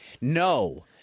No